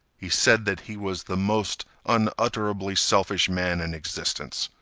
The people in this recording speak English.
he said that he was the most unutterably selfish man in existence.